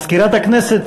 מזכירת הכנסת,